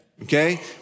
Okay